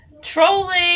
Trolling